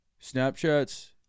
Snapchat's